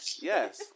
Yes